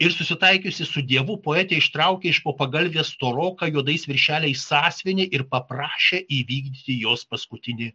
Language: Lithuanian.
ir susitaikiusi su dievu poetė ištraukė iš po pagalvės storoką juodais viršeliais sąsiuvinį ir paprašė įvykdyti jos paskutinį